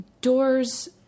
doors